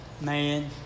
man